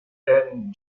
and